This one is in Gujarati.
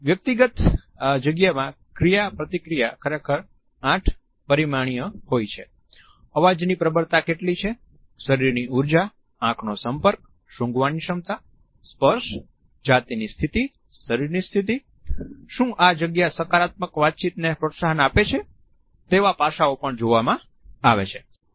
વ્યક્તિગત જગ્યામાં ક્રિયાપ્રતિક્રિયા ખરેખર 8 પરિમાણીય હોય છે અવાજની પ્રબળતા કેટલી છે શરીરની ઉર્જા આંખનો સંપર્ક સુંઘવાની ક્ષમતા સ્પર્શ જાતિની સ્થિતિ શરીરની સ્થિતિ શું આ જગ્યા સકારાત્મક વાતચીત ને પ્રોત્સાહન આપે છે તેવા પાસાઓ પણ જોવામાં આવે છે